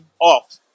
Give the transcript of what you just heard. off